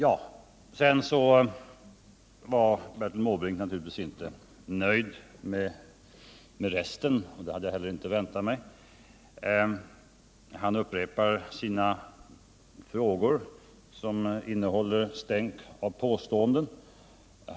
Bertil Måbrink var naturligtvis inte nöjd med resten av svaret, och det hade jag inte heller väntat mig. Han upprepar sina frågor som innehåller stänk av påståenden.